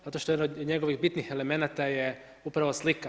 Zato što jedan od njegovih bitnih elemenata je upravo slika.